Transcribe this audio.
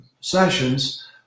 sessions